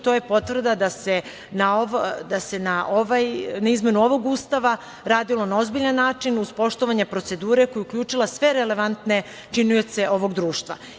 To je potvrda da se na izmenu ovog Ustava radilo na ozbiljan način, uz poštovanje procedure koja je uključila sve relevantne činioce ovog društva.